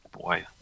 Boy